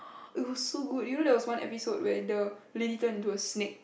it was so good you know there was one episode where the lady turn into a snake